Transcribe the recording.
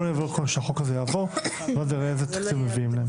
בואו נדאג קודם שהחוק הזה יעבור ואז נראה איזה תקציב מביאים להם.